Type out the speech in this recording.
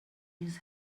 his